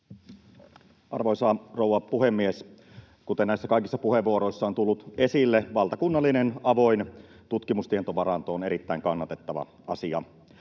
Arvoisa rouva puhemies! Kuten näissä kaikissa puheenvuoroissa on tullut esille, valtakunnallinen avoin tutkimustietovaranto on erittäin kannatettava asia.